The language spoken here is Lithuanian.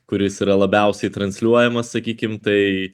kuris yra labiausiai transliuojamas sakykim tai